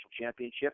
championship